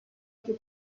più